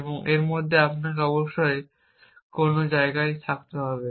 এবং এর মধ্যে আপনাকে অবশ্যই কোনও জায়গায় থাকতে হবে